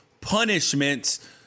punishments